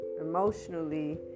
emotionally